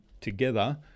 together